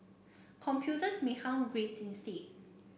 computers may harm grades instead